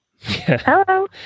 Hello